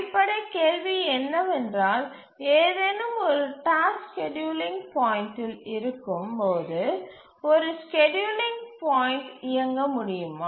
அடிப்படை கேள்வி என்னவென்றால் ஒரு ஏதேனும் ஒரு டாஸ்க் ஸ்கேட்யூலிங் பாயிண்ட்டில் இருக்கும் போது ஒரு ஸ்கேட்யூலிங் பாயிண்ட் இயங்க முடியுமா